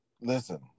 Listen